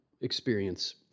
experience